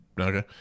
Okay